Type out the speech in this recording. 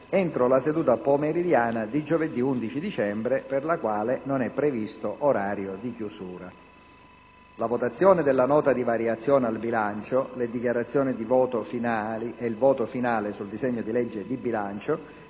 entro la seduta pomeridiana di giovedì 11 dicembre, per la quale non è previsto l'orario di chiusura. La votazione della Nota di variazioni al bilancio, le dichiarazioni di voto finali e il voto finale sul disegno di legge di bilancio